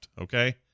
Okay